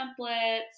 templates